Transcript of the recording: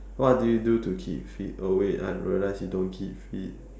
what do you do to keep fit oh wait I realise you don't keep fit